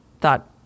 thought